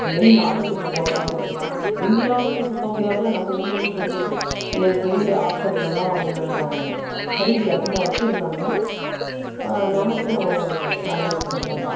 வெளிநாடுகளுக்கு போகமல் இருக்கலாம் இந்தியாவிலயும் சுற்ற முடியாமலும் நம்ம உள்ளூரிலயும் கொஞ்சம் கொஞ்சம் பெரிய ஹாஸ்ப்பிட்டலெல்லாம் அவங்க கருவிகள் அதிகமாக வச்சுருந்தாங்கன்னா நமக்கும் நல்ல விஷயங்கள்தான்